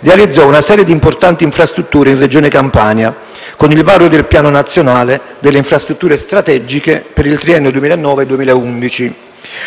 realizzò una serie di importanti infrastrutture in Regione Campania con il varo del piano nazionale delle infrastrutture strategiche per il triennio 2009-2011;